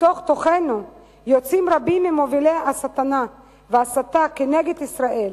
מתוך תוכנו יוצאים רבים ממובילי השטנה וההסתה כנגד ישראל